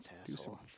asshole